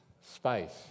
Space